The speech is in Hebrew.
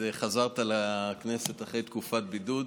חזרת לכנסת אחרי תקופת בידוד.